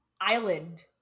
island